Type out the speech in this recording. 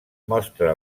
mostra